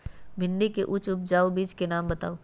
भिंडी के उच्च उपजाऊ बीज के नाम बताऊ?